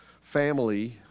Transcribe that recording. family